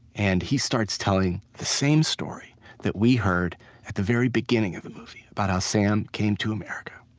and he starts telling the same story that we heard at the very beginning of the movie, about how sam came to america.